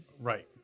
Right